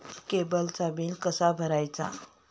केबलचा बिल कसा भरायचा?